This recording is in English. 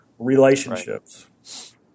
relationships